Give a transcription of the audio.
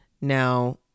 Now